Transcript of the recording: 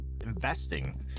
investing